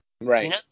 Right